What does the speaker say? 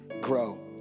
grow